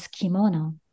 kimono